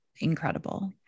incredible